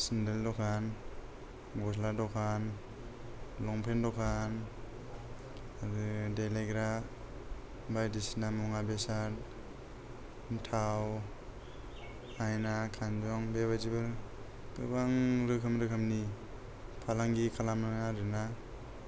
सिन्देल दखान गस्ला दखान लंपेन दखान आरो देलायग्रा बायदिसिना मुवा बेसाद थाव आइना खानजं बेबादिफोर गोबां रोखोम रोखोमनि फालांगि खालामो आरोना